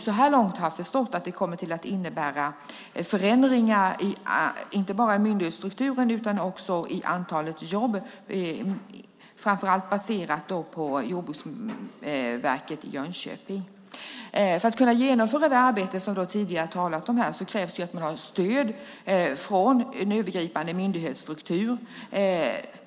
Så här långt har vi förstått att de kommer att innebära förändringar inte bara i myndighetsstrukturen utan också i antalet jobb, framför allt baserat på Jordbruksverket i Jönköping. För att kunna utföra det arbete som vi tidigare har talat om här krävs att man har stöd från en övergripande myndighetsstruktur.